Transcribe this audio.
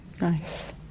Nice